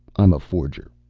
i'm a forger.